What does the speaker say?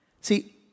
See